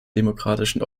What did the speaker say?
demokratischen